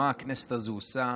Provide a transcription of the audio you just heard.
מה הכנסת הזאת עושה.